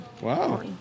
Wow